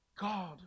God